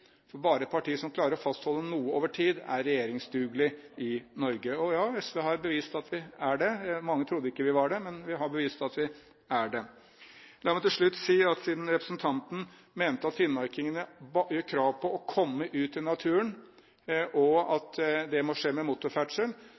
i Norge. Ja, SV har bevist at vi er det. Mange trodde ikke at vi var det, men vi har bevist at vi er det. La meg til slutt si, siden representanten mente at finnmarkingene gjør krav på å komme ut i naturen, og at det må skje ved motorferdsel,